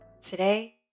Today